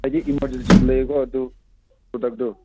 ꯍꯥꯏꯗꯤ ꯏꯃꯔꯖꯦꯟꯁꯤ ꯂꯩꯌꯦꯀꯣ ꯑꯗꯨ ꯑꯣꯔꯗꯔꯗꯨ